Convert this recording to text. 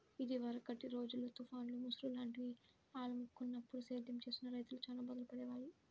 ఇదివరకటి రోజుల్లో తుఫాన్లు, ముసురు లాంటివి అలుముకున్నప్పుడు సేద్యం చేస్తున్న రైతులు చానా బాధలు పడేవాళ్ళు